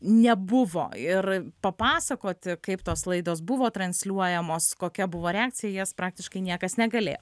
nebuvo ir papasakoti kaip tos laidos buvo transliuojamos kokia buvo reakcija į jas praktiškai niekas negalėjo